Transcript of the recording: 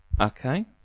Okay